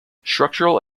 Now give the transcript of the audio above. structural